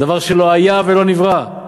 דבר שלא היה ולא נברא.